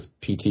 PT